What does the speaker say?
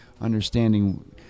understanding